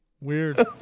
weird